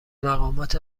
مقامات